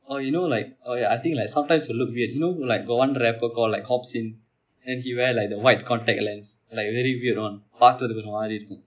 oh you know like oh yeah I think like sometimes you look weird you know who like got one rapper called like hobsin then he wear like the white contact lens like very weird one பார்க்குவதற்கு ஒரு மாதிரி இருக்கு:paarkuvatharku oru maathiri irukkum